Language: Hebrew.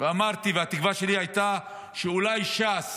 והתקווה שלי הייתה שאולי ש"ס,